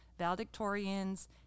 valedictorians